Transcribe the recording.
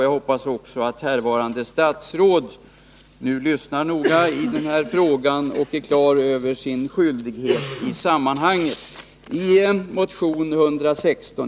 Jag hoppas också att härvarande statsråd nu lyssnar noga och blir på det klara med sin skyldighet i sammanhanget.